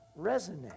resonate